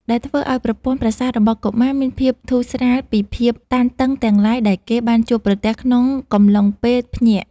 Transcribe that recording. ដែលធ្វើឱ្យប្រព័ន្ធប្រសាទរបស់កុមារមានភាពធូរស្រាលពីភាពតានតឹងទាំងឡាយដែលគេបានជួបប្រទះក្នុងកំឡុងពេលភ្ញាក់។